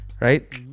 right